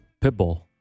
Pitbull